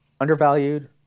undervalued